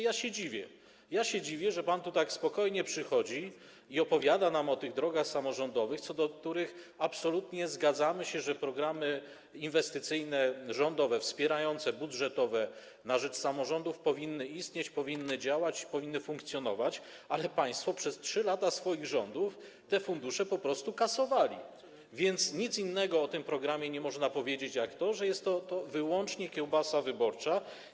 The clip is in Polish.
Ja się dziwię, że pan tu tak spokojnie przychodzi i opowiada nam o tych drogach samorządowych, co do których absolutnie się zgadzamy, że programy inwestycyjne, rządowe, budżetowe, wspierające samorządy powinny istnieć, powinny działać, powinny funkcjonować, ale państwo przez 3 lata swoich rządów te fundusze po prostu kasowali, więc nic innego o tym programie nie można powiedzieć jak to, że jest to wyłącznie kiełbasa wyborcza.